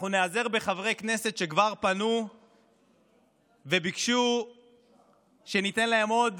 אנחנו ניעזר בחברי הכנסת שכבר פנו וביקשו שניתן להם עוד